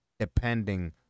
depending